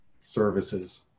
services